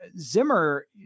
Zimmer